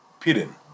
Pirin